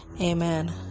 Amen